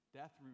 death